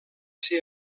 ser